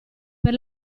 per